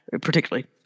particularly